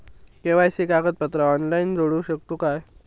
KYC कागदपत्रा online जोडू शकतू का?